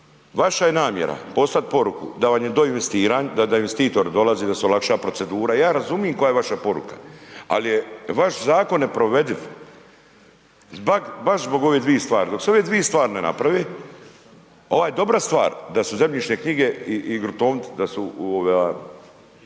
Vaša je namjera poslat poruku da vam je do investiranja, da investitor dolazi da se olakša procedura, ja razumim koja je vaša poruka, ali je vaš Zakon nepovrediv, baš zbog ovi dvi stvari. Dok se ovi dvi stvari ne naprave, ova je dobra stvar da su zemljišne knjige i gruntovnica, da su, i